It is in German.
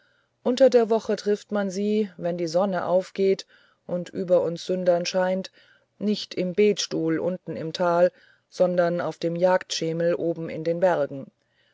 unter der woche trifft man sie wenn die sonne aufgeht und über uns sünder scheint nicht im betstuhl unten im tal sondern auf dem jagdschemel oben in den bergen